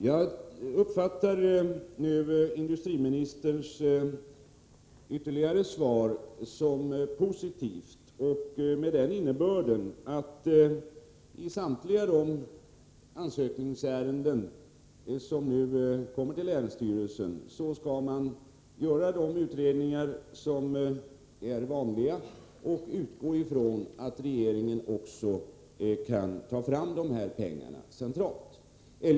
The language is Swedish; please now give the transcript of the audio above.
Jag uppfattar industriministerns ytterligare svar som positivt och att det har den innebörden att man i samtliga de ansökningsärenden som nu kommer till länsstyrelsen skall göra de vanliga utredningarna och utgå ifrån att regeringen kan ta fram de nödvändiga pengarna centralt.